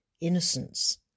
innocence